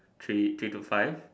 three three to five